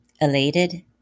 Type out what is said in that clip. elated